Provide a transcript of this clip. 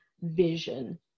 vision